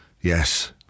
Yes